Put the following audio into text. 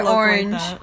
orange